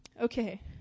Okay